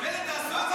מילא תעשו את זה,